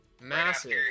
massive